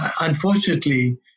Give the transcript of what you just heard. unfortunately